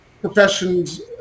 professions